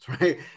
right